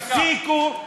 תפסיקו,